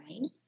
right